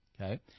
Okay